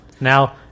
Now